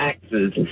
taxes